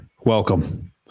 Welcome